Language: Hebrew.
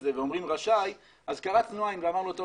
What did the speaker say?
זה ואומרים 'רשאי' אז קרצנו עין ואמרנו: טוב,